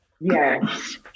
yes